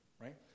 right